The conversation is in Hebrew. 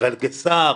ישראל קיסר,